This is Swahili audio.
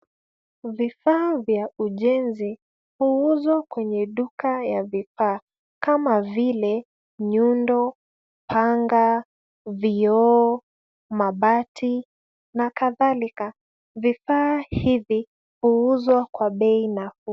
Vifaa vya ujenzi huuzwa kwenye duka ya vifaa, kama vile nyundo, panga , vioo mabati na kadhalika. Vifaa hivi huuzwa kwa bei nafuu.